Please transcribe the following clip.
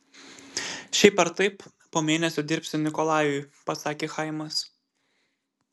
šiaip ar taip po mėnesio dirbsi nikolajui pasakė chaimas